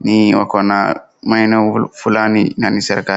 Ni wako na maeneo fulani na ni serikali.